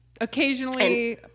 occasionally